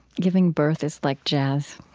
giving birth is like jazz?